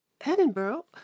edinburgh